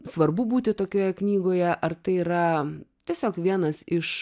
svarbu būti tokioje knygoje ar tai yra tiesiog vienas iš